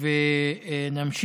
ומצדיע לו.